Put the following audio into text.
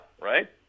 right